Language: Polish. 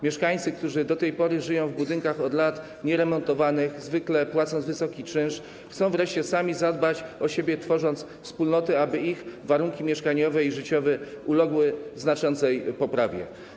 Mieszkańcy, którzy do tej pory żyją w budynkach od lat nieremontowanych, zwykle płacąc wysoki czynsz, chcą wreszcie sami zadbać o siebie, tworząc wspólnoty, aby ich warunki mieszkaniowe i życiowe uległy znaczącej poprawie.